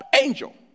angel